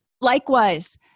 Likewise